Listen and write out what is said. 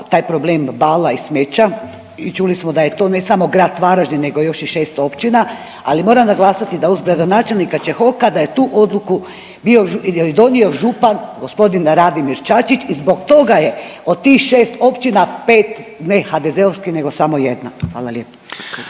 taj problem bala i smeća. Čuli smo da je to ne samo grad Varaždin nego još i šest općina. Ali moram naglasiti da uz gradonačelnika Čehoka da je tu odluku bio donio župan gospodin Radimir Čačić i zbog toga je od tih šest općina 5 ne HDZ-ovskih nego samo jedna. Hvala lijepa.